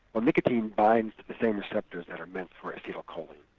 um nicotine binds to the same receptors that are meant for acetylcholine,